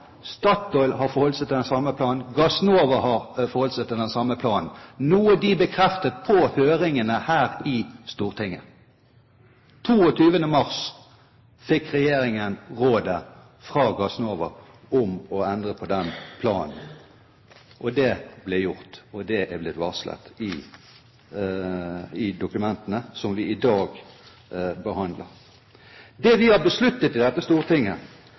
Statoil har forholdt seg til den samme planen og Gassnova har forholdt seg til den samme planen, noe de bekreftet på høringene her i Stortinget. 22. mars fikk regjeringen rådet fra Gassnova om å endre på den planen, og det ble gjort. Og det er blitt varslet i dokumentene som vi i dag behandler. Det vi har besluttet i Stortinget når det